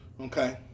okay